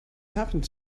happened